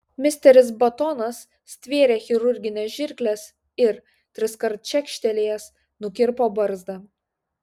misteris batonas stvėrė chirurgines žirkles ir triskart čekštelėjęs nukirpo barzdą